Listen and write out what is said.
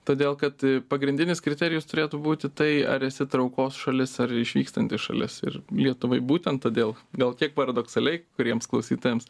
todėl kad pagrindinis kriterijus turėtų būti tai ar esi traukos šalis ar išvykstanti šalis ir lietuvai būtent todėl gal kiek paradoksaliai kuriems klausytojams